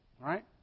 right